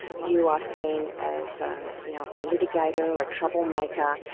you are seen as you know a litigator, a troublemaker.